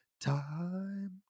Time